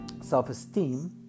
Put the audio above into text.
self-esteem